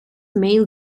male